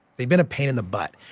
they'd been a pain in the butt,